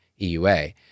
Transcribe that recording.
EUA